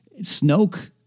Snoke